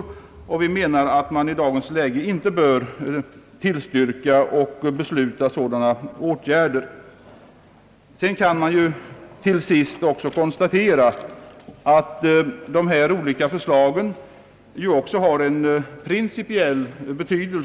Enligt vår mening bör man i dagens läge inte tillstyrka och besluta sådana åtgärder. Till sist kan det konstateras att dessa olika förslag också har en principiell innebörd.